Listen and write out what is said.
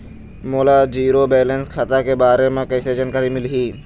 मोला zero balance खाता के बारे म कैसे जानकारी मिलही?